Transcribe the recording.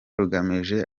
rugamije